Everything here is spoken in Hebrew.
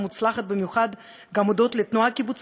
מוצלחת במיוחד גם הודות לתנועה הקיבוצית,